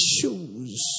shoes